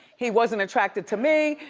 he wasn't attracted to me.